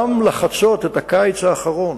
גם לחצות את הקיץ האחרון